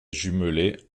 jumelée